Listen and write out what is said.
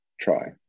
try